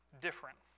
different